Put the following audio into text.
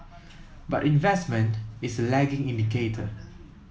but investment is a lagging indicator